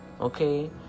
okay